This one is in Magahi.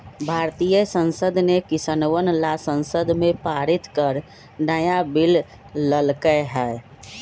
भारतीय संसद ने किसनवन ला संसद में पारित कर नया बिल लय के है